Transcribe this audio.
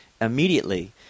immediately